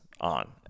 on